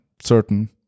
certain